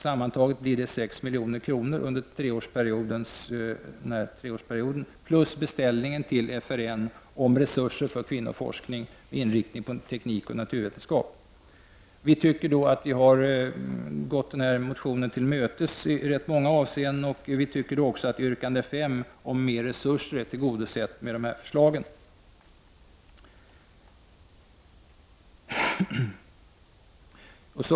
Sammantaget blir det 6 milj.kr. under treårsperioden plus beställningen till FRN om resurser för kvinnoforskning med inriktning på teknik och naturvetenskap. Därmed har utskottet gått motionärerna till mötes i rätt många avseenden och tillgodosett yrkande 5 om mer resurser.